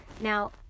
Now